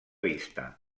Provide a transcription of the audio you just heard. vista